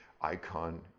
Icon